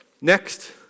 Next